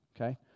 okay